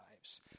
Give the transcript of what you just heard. lives